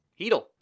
Heedle